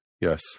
Yes